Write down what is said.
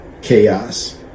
chaos